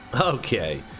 Okay